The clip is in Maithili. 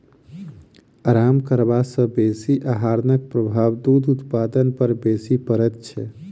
आराम करबा सॅ बेसी आहारक प्रभाव दूध उत्पादन पर बेसी पड़ैत छै